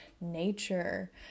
nature